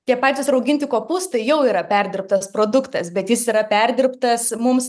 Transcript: tie patys rauginti kopūstai jau yra perdirbtas produktas bet jis yra perdirbtas mums